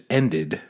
ended